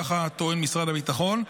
ככה טוען משרד הביטחון,